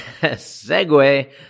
segue